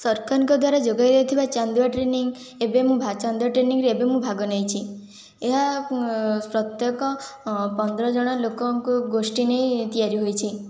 ସରକାରଙ୍କ ଦ୍ଵାରା ଯୋଗାଇ ଦିଆଯାଇଥିବା ଚାନ୍ଦୁଆ ଟ୍ରେନିଙ୍ଗ ଏବେ ମୁଁ ଚାନ୍ଦୁଆ ଟ୍ରେନିଙ୍ଗରେ ଏବେ ମୁଁ ଭାଗ ନେଇଛି ଏହା ପ୍ରତ୍ୟେକ ପନ୍ଦର ଜଣ ଲୋକଙ୍କ ଗୋଷ୍ଠୀ ନେଇ ତିଆରି ହୋଇଛି